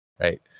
right